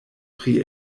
pri